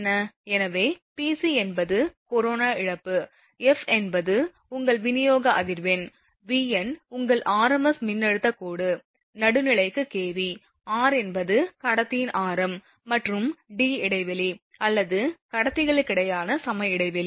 எனவே Pc என்பது corona இழப்பு f என்பது உங்கள் விநியோக அதிர்வெண் Vn உங்கள் rms மின்னழுத்தக் கோடு நடுநிலைக்கு kV r என்பது கடத்தியின் ஆரம் மற்றும் D இடைவெளி அல்லது கடத்திகளுக்கிடையேயான சம இடைவெளி